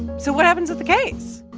so what happens with the case?